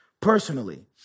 personally